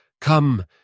Come